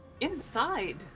Inside